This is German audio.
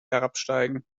herabsteigen